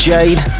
Jade